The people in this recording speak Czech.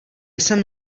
jsem